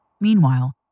Meanwhile